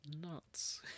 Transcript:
nuts